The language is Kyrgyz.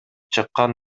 чыккан